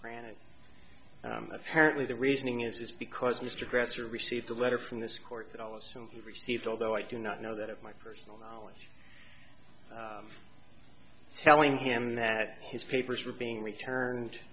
granted apparently the reasoning is because mr dresser received a letter from this court that i'll assume he received although i do not know that my personal knowledge telling him that his papers were being returned